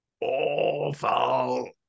awful